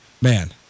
man